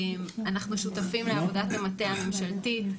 אנחנו שותפים לעבודת המטה הממשלתית.